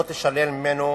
לא תישלל ממנו